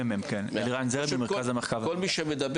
אלירן זרד ממרכז המחקר והמידע.